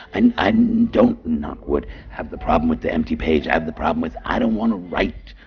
and i and don't, knock wood, have the problem with the empty page. i have the problem with i don't want to write!